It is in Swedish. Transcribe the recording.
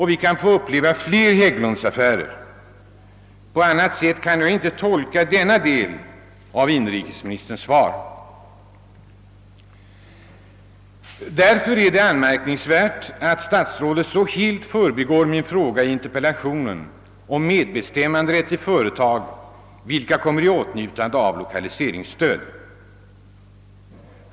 Vi kan få uppleva fler Hägglundsaffärer — på annat sätt kan jag inte tolka denna del av inrikesministerns svar. Därför är det anmärkningsvärt att statsrådet så helt förbigår min fråga om medbestämmanderätt i företag vilka kommer i åtnjutande av lokaliseringsstöd.